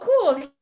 cool